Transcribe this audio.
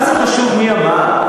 מה זה חשוב מי אמר?